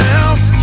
else